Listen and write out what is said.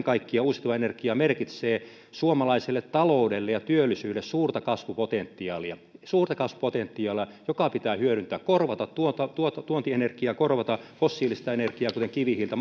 kaikkiaan uusiutuva energia merkitsee suomalaiselle taloudelle ja työllisyydelle suurta kasvupotentiaalia suurta kasvupotentiaalia joka pitää hyödyntää korvata tuontienergiaa korvata fossiilista energiaa kuten kivihiiltä